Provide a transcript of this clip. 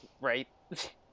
Right